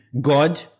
God